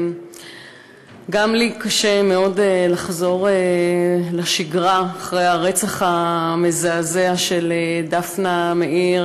גם לי קשה מאוד לחזור לשגרה אחרי הרצח המזעזע של דפנה מאיר,